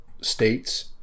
states